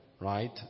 right